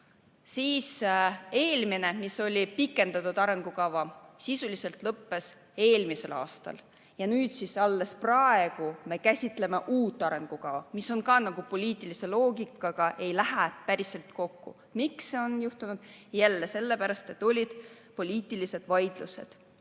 Too eelmine, pikendatud arengukava, sisuliselt lõppes eelmisel aastal. Ja nüüd siis alles praegu me käsitleme uut arengukava, mis ka nagu poliitilise loogikaga ei lähe päriselt kokku. Miks see on juhtunud? Jälle sellepärast, et olid poliitilised vaidlused.